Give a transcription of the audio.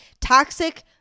toxic